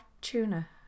tuna